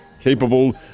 capable